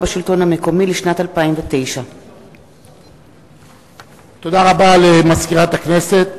בשלטון המקומי לשנת 2009. תודה רבה למזכירת הכנסת.